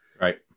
Right